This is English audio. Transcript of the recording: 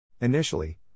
Initially